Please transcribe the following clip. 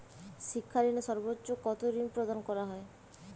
শিক্ষা ঋণে সর্বোচ্চ কতো ঋণ প্রদান করা হয়?